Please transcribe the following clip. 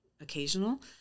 occasional